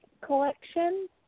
collection